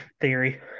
Theory